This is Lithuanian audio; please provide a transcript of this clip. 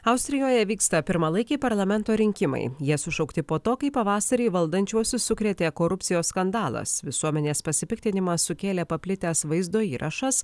austrijoje vyksta pirmalaikiai parlamento rinkimai jie sušaukti po to kai pavasarį valdančiuosius sukrėtė korupcijos skandalas visuomenės pasipiktinimą sukėlė paplitęs vaizdo įrašas